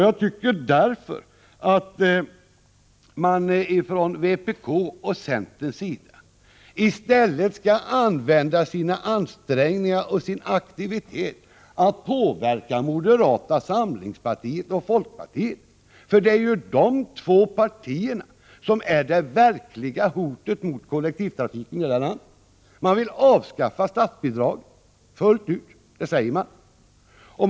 Jag tycker därför att man från vpk:s och centerns sida i stället skall använda sina ansträngningar och sin aktivitet till att påverka moderata samlingspartiet och folkpartiet, för det är de två partierna som är det verkliga hotet mot kollektivtrafiken i detta land. Man vill avskaffa statsbidragen fullt ut — det säger man.